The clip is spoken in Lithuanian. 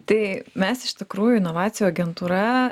tai mes iš tikrųjų inovacijų agentūra